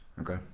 okay